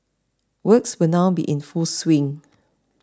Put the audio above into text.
works will now be in full swing